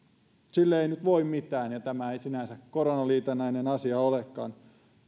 sille ei nyt voi mitään ja tämä ei sinänsä koronaliitännäinen asia olekaan